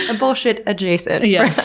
ah bullshit adjacent. yeah.